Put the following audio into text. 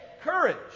courage